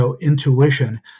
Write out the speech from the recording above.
intuition